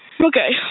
Okay